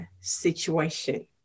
situation